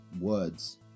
words